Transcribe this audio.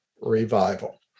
revival